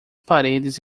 paredes